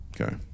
okay